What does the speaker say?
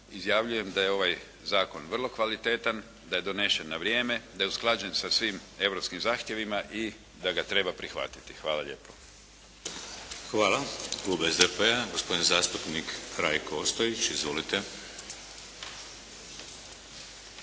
izjavljujem da je ovaj zakon vrlo kvalitetan, da je donesen na vrijeme, da je usklađen sa svim europskim zahtjevima i da ga treba prihvatiti. Hvala lijepo. **Šeks,